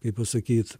kaip pasakyt